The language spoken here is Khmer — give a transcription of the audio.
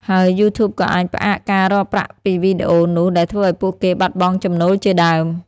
ហើយយូធូបក៏អាចផ្អាកការរកប្រាក់ពីវីដេអូនោះ ដែលធ្វើឲ្យពួកគេបាត់បង់ចំណូលជាដើម។